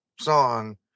song